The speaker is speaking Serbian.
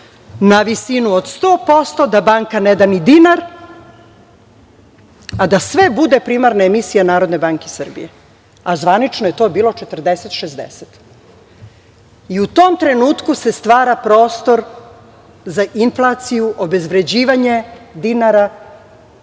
na visinu od 100% da banka ne da ni dinar, a da sve bude primarna emisija NBS, a zvanično je to bilo 40, 60.U tom trenutku se stvara prostor za inflaciju, obezvređivanje dinara